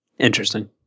interesting